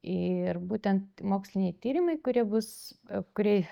ir būtent moksliniai tyrimai kurie bus kurie